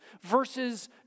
versus